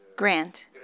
Grant